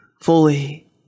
fully